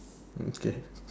okay